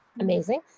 Amazing